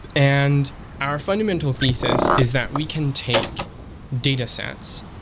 and our fundamental thesis is that we can take datasets,